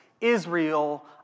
Israel